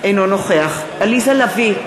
אינו נוכח עליזה לביא,